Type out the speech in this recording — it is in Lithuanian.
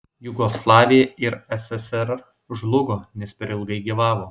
jugoslavija ir sssr žlugo nes per ilgai gyvavo